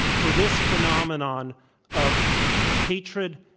for this phenomenon of hatred,